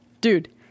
Dude